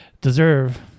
deserve